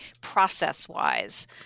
process-wise